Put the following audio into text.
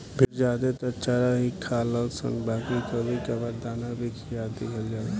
भेड़ ज्यादे त चारा ही खालनशन बाकी कभी कभार दाना भी खिया दिहल जाला